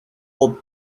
aux